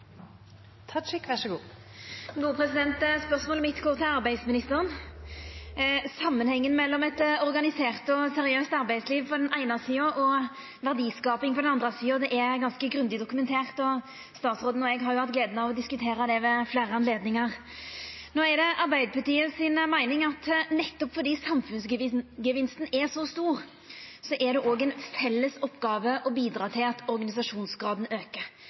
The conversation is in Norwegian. Spørsmålet mitt går til arbeidsministeren. Samanhengen mellom eit organisert og seriøst arbeidsliv på den eine sida og verdiskaping på den andre sida er ganske grundig dokumentert. Og statsråden og eg har hatt gleda av å diskutera det ved fleire anledningar. No er Arbeidarpartiets meining at nettopp fordi samfunnsgevinsten er så stor, er det òg ei felles oppgåve å bidra til at organisasjonsgraden aukar,